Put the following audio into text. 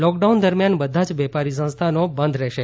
lockdown દરમિયાન બધા જ વેપારી સંસ્થાનો બંધ રહેશે